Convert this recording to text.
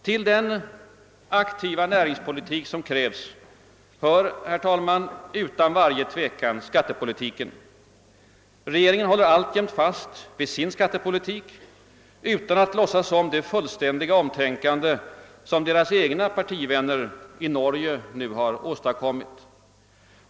Till den aktiva näringspolitik som krävs hör, herr talman, utan varje tvivel skattepolitiken. Regeringen håller alltjämt fast vid sin skattepolitik utan att låtsas om det fullständiga omtänkande som dess egna partivänner i Norge åstadkommit.